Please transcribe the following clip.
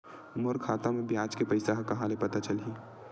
मोर खाता म ब्याज के पईसा ह कहां ले पता चलही?